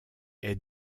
est